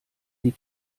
die